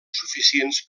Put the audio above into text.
suficients